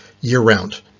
year-round